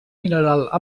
mineral